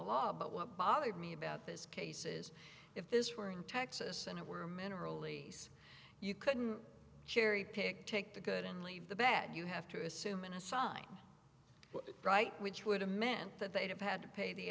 law but what bothers me about this case is if this were in texas and it were mineral e s you couldn't cherry pick take the good and leave the bad you have to assume and assign right which would have meant that they'd have had to pay the